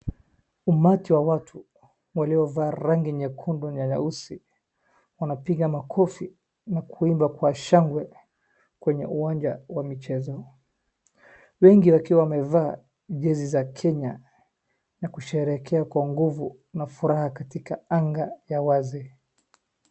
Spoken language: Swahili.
Umati wa watu waliovaa rangi nyekundu na nyeusi wanapiga makofi na kuimba kwa shangwe kwenye uwanja wa michezo. Wengi wakiwa wamevaa jezi za Kenya na kusherehekea kwa nguvu na furaha katika anga ya wazi.